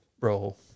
role